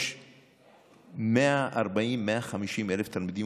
יש 150,000-140,000 תלמידים,